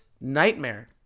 nightmare